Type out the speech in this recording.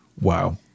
Wow